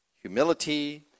Humility